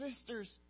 sisters